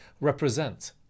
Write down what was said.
represent